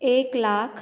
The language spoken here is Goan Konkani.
एक लाख